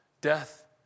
death